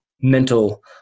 mental